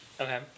Okay